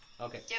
Okay